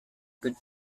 good